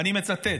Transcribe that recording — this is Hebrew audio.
ואני מצטט,